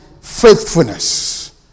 faithfulness